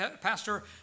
Pastor